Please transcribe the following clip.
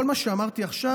כל מה שאמרתי עכשיו,